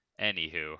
Anywho